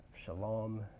shalom